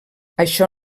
això